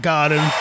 Garden